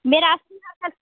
मैं रास्ते में आ कर